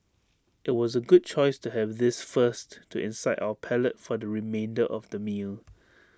IT was A good choice to have this first to incite our palate for the remainder of the meal